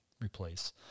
replace